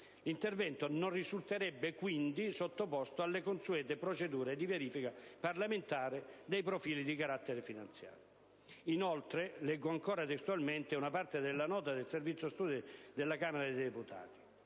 L'intervento non risulterebbe quindi sottoposto alle consuete procedure di verifica parlamentare dei profili di carattere finanziario. Inoltre - leggo testualmente una parte della nota del Servizio studi della Camera dei deputati